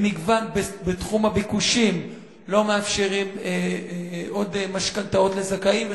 בתחום הביקושים לא מאפשרים עוד משכנתאות לזכאים,